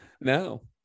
No